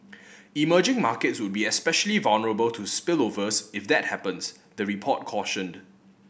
emerging markets would be especially vulnerable to spillovers if that happens the report cautioned